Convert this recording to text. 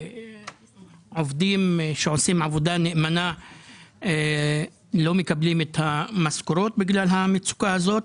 עובדים שעושים שם עבודה נאמנה לא מקבלים את המשכורות בגלל המצוקה הזאת.